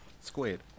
squared